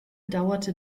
dauerte